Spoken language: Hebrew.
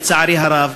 לצערי הרב,